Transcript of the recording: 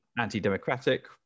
anti-democratic